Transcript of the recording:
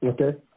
Okay